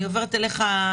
אני עוברת אליך,